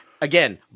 again